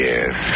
Yes